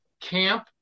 camp